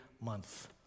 month